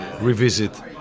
revisit